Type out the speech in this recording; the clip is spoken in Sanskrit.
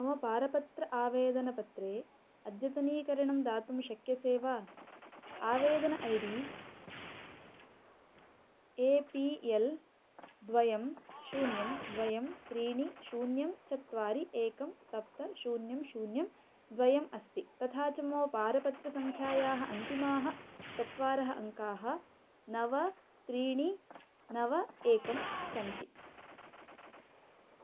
मम पारपत्र आवेदनपत्रे अद्यतनीकरणं दातुं शक्यसे वा आवेदनम् I D A P L द्वे शून्यं द्वे त्रीणि शून्यं चत्वारि एकं सप्त शून्यं शून्यं द्वे अस्ति तथा च मम पारपत्रसङ्ख्यायाः अन्तिमाः चत्वारः अङ्काः नव त्रीणि नव एकं सन्ति